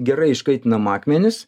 gerai iškaitinam akmenis